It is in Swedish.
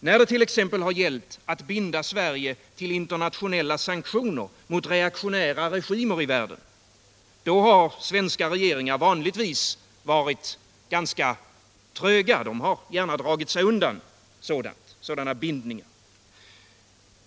När det t.ex. har gällt att binda Sverige till internationella sanktioner mot reaktionära regimer i världen — då har svenska regeringar vanligtvis varit ganska tröga och gärna dragit sig undan en sådan bindning.